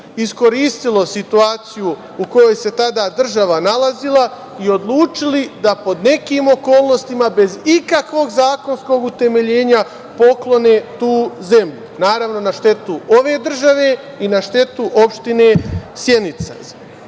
iskoristilo situaciju u kojoj se tada država nalazila i odlučili da pod nekim okolnostima, bez ikakvog zakonskog utemeljenja, poklone tu zemlju. Naravno, na štetu ove države i na štetu opštine Sjenica,